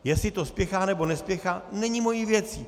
Jestli to spěchá, nebo nespěchá, není mou věcí.